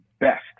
best